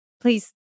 please